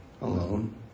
alone